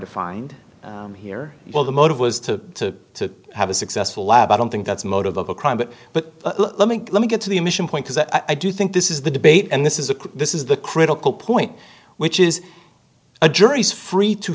to find here well the motive was to have a successful lab i don't think that's motive of a crime but but let me let me get to the emission point is that i do think this is the debate and this is a this is the critical point which is a jury's free to